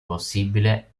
possibile